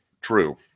True